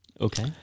Okay